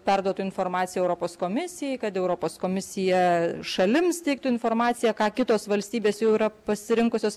perduotų informaciją europos komisijai kad europos komisija šalims teiktų informaciją ką kitos valstybės jau yra pasirinkusios